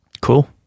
Cool